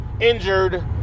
Injured